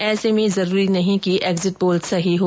ऐसे में जरूरी नहीं कि एग्जिट पोल सही हो